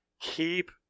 keep